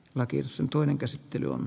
mäkisen toinen käsittely on